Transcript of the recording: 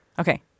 Okay